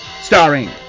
Starring